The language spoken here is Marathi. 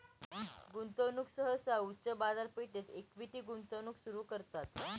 गुंतवणूकदार सहसा उच्च बाजारपेठेत इक्विटी गुंतवणूक सुरू करतात